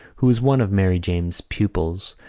who was one of mary jane's pupils,